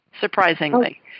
surprisingly